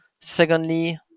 Secondly